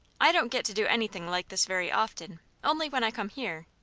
i don't get to do anything like this very often only when i come here,